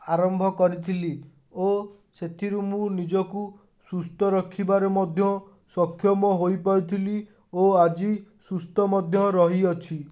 ଆରମ୍ଭ କରିଥିଲି ଓ ସେଥିରୁ ମୁଁ ନିଜକୁ ସୁସ୍ଥ ରଖିବାର ମଧ୍ୟ ସକ୍ଷମ ହୋଇପାରିଥିଲି ଓ ଆଜି ସୁସ୍ଥ ମଧ୍ୟ ରହିଅଛି